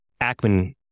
Ackman